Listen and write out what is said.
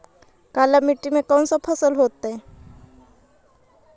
काला मिट्टी में कौन से फसल होतै?